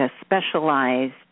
specialized